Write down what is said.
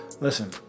Listen